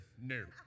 new